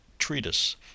Treatise